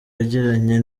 yagiranye